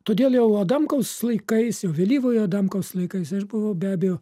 todėl jau adamkaus laikais jau vėlyvojo adamkaus laikais aš buvau be abejo